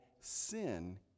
sin